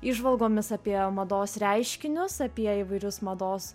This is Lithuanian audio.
įžvalgomis apie mados reiškinius apie įvairius mados